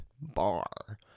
bar